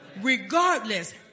regardless